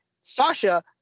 Sasha